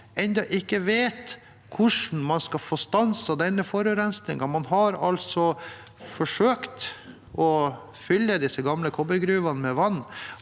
ennå ikke vet hvordan man skal få stanset denne forurensningen. Man har forsøkt å fylle de gamle kobbergruvene med vann,